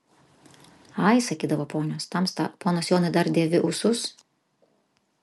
ai sakydavo ponios tamsta ponas jonai dar dėvi ūsus